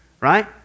right